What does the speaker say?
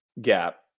gap